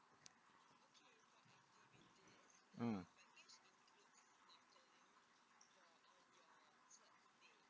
mm